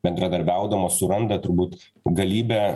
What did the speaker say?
bendradarbiaudamos suranda turbūt galybę